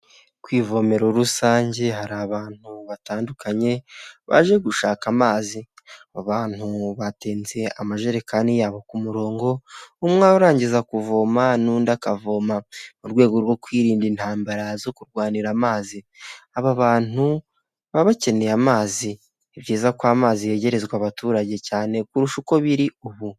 ku ivomero rusange hari abantu batandukanye baje gushaka amazi abantu batonze amajerekani yabo ku murongo umwe; urangiza kuvoma n'undi akavoma mu rwego rwo kwirinda intambara zo kurwanira amazi, aba bantu baba bakeneye amazi kuko amazi yegerezwa abaturage cyane kurusha uko biri ubu.